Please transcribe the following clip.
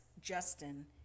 Justin